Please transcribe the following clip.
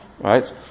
Right